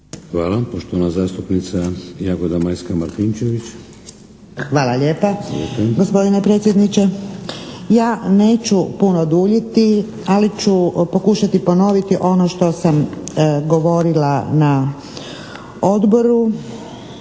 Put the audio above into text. **Martinčević, Jagoda Majska (HDZ)** Hvala lijepa gospodine predsjedniče. Ja neću puno duljiti ali ću pokušati ponoviti ono što sam govorila na odboru